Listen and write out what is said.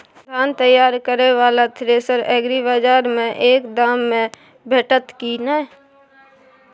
धान तैयार करय वाला थ्रेसर एग्रीबाजार में कम दाम में भेटत की नय?